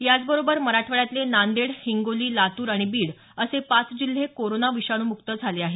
याबरोबरच मराठवाड्यातले नांदेड हिंगोली लातूर आणि बीड असे पाच जिल्हे कोरोना विषाणूमुक्त आहेत